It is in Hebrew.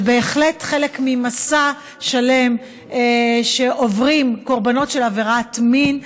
זה בהחלט חלק ממסע שלם שעוברים קורבנות של עבירת מין,